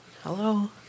Hello